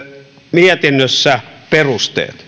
mietinnössä perusteet